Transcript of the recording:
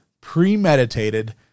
premeditated